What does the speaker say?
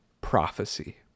prophecy